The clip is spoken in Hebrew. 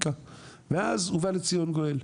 ואז בא לציון גואל.